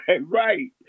right